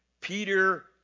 Peter